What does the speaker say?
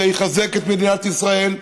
זה יחזק את מדינת ישראל.